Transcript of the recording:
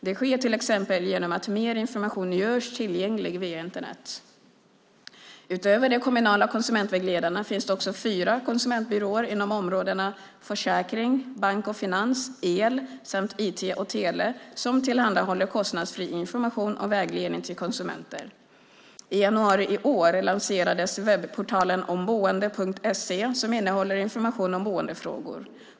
Det sker till exempel genom att mer information görs tillgänglig via Internet. Utöver de kommunala konsumentvägledarna finns det också fyra konsumentbyråer inom områdena försäkring, bank och finans, el samt IT och tele som tillhandahåller kostnadsfri information och vägledning till konsumenter. I januari i år lanserades webbportalen omboende.se som innehåller information om boendefrågor.